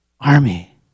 army